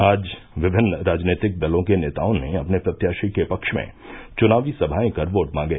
आज विभिन्न राजनीतिक दलों के नेताओं ने अपने प्रत्याशी के पक्ष में चुनावी सभायें कर वोट मांगे